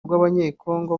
rw’abanyekongo